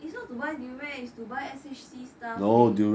it's not to buy durian it's to buy S_H_C stuff leh